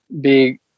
big